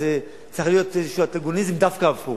אז צריך להיות אנטגוניזם דווקא הפוך.